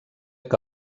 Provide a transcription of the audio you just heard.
que